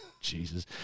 Jesus